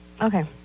Okay